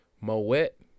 Moet